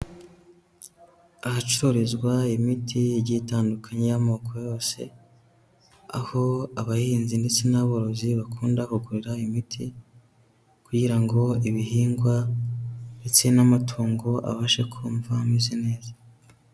Ahacururizwa imiti igiye itandukanya y'amoko yose, aho abahinzi ndetse n'aborozi bakunda ku kugu imiti, kugira ngo ibihingwa ndetse n'amatungo abashe kumva ameze neza.